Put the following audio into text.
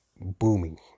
booming